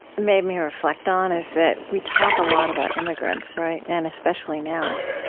made me reflect on is that we talk a lot about immigrants, right? and especially now.